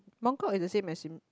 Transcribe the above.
Mong kok is the same as